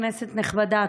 כנסת נכבדה,